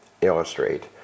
illustrate